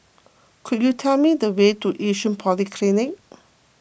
could you tell me the way to Yishun Polyclinic